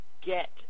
get